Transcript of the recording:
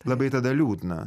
labai tada liūdna